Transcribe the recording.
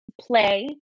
play